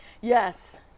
Yes